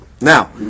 now